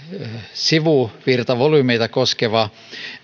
sivuvirtavolyymeita koskeva